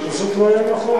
זה פשוט לא יהיה נכון,